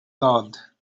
loved